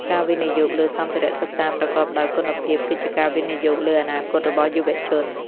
ការវិនិយោគលើសម្ភារៈសិក្សាប្រកបដោយគុណភាពគឺជាការវិនិយោគលើអនាគតរបស់យុវជន។